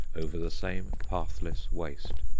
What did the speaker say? over the same pathless waste.